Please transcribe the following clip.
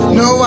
no